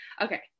Okay